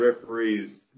referees